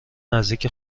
نزدیک